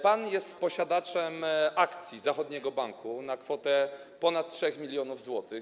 Pan jest posiadaczem akcji zachodniego banku na kwotę ponad 3 mln zł.